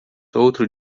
outro